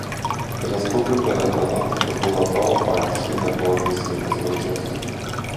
respublikoje anot chasbulatovo faktiškai nebuvo teisėtos valdžios